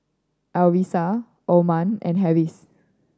Arissa Umar and Harris